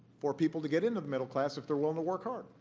for people to get into the middle class if they're willing to work hard.